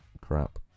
crap